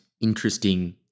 interesting